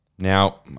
Now